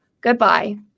Goodbye